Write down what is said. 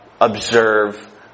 observe